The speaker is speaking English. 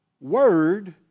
Word